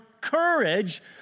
courage